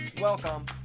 Welcome